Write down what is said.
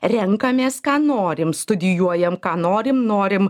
renkamės ką norim studijuojam ką norim norim